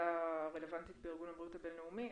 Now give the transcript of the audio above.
בוועדה הרלוונטית בארגון הבריאות העולמי,